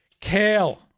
Kale